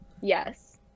Yes